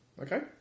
Okay